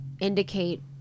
indicate